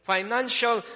Financial